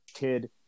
kid